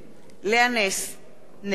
נגד סעיד נפאע,